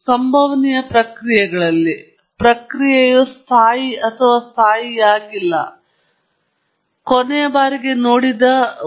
ಉದಾಹರಣೆಗೆ ಸಂಭವನೀಯ ಪ್ರಕ್ರಿಯೆಗಳಲ್ಲಿ ಪ್ರಕ್ರಿಯೆಯು ಸ್ಥಾಯಿ ಅಥವಾ ಸ್ಥಾಯಿಯಾಗಿಲ್ಲ ಅಥವಾ ನಾವು ಕೊನೆಯ ಬಾರಿಗೆ ನೋಡಿದ